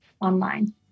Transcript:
online